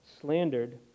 slandered